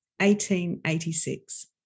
1886